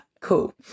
Cool